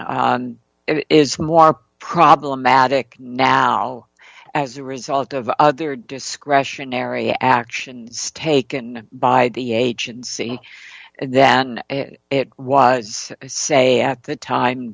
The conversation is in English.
and it is more problematic now as a result of other discretionary actions taken by the agency then it was say at the time